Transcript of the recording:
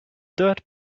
dirt